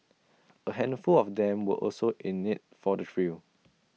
A handful of them were also in IT for the thrill